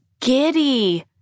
giddy